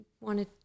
wanted